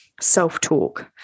self-talk